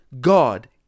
God